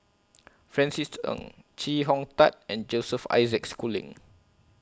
Francis Ng Chee Hong Tat and Joseph Isaac Schooling